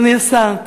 אדוני השר,